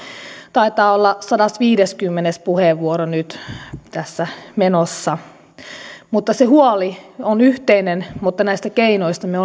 taitaa olla sadasviideskymmenes puheenvuoro nyt tässä menossa huoli on yhteinen mutta näistä keinoista me